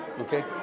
Okay